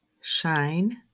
shine